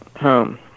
home